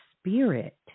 spirit